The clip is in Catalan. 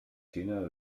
xina